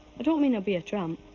i don't mean i'll be a tramp,